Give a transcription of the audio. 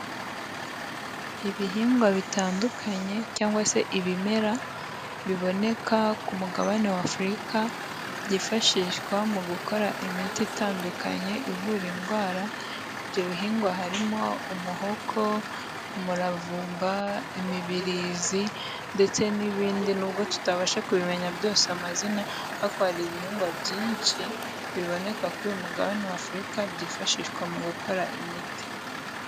Ibihingwa bitandukanye, cyangwa se ibimera, biboneka ku mugabane wa Afurika, byifashishwa mu gukora imiti itandukanye ivura indwara, ibyo bihingwa harimo umuhoko, umuravumba, imibirizi ndetse n'ibindi nubwo tutabasha kubimenya byose amazina, ariko hari ibihingwa byinshi biboneka kuri uyu mugabane wa Afurika byifashishwa mu gukora imiti.